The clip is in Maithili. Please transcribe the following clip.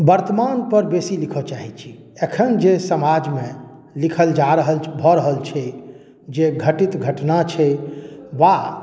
वर्तमानपर बेसी लिखय चाहैत छी एखन जे समाजमे लिखल जा रहल भऽ रहल छै जे घटित घटना छै वा